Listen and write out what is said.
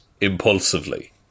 impulsively